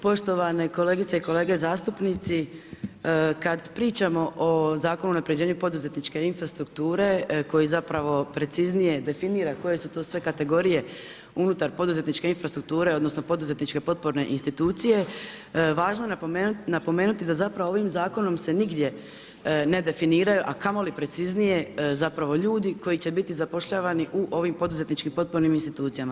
Poštovane kolegice i kolege zastupnici, kad pričamo o Zakonu o unapređenju poduzetničke infrastrukture koji zapravo preciznije definira koje su to sve kategorije unutar poduzetničke infrastrukture odnosno poduzetničke potporne institucije, važno je napomenuti da zapravo ovim zakonom se nigdje ne definiraju a kamoli preciznije ljudi koji će biti zapošljavani u ovim poduzetničkim potpornim institucijama.